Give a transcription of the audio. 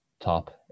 top